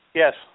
yes